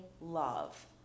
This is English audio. love